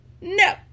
no